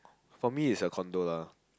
for me it's a condo lah